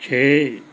ਛੇ